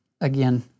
again